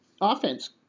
offense